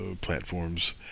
platforms